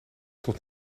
tot